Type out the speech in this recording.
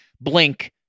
blink